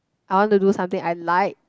I want to do something I like